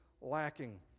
lacking